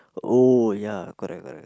oh ya correct correct correct